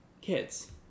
kids